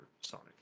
Sonic